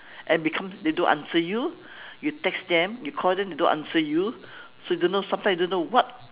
and become they don't answer you you text them you call them they don't answer you so you don't know sometimes you don't know what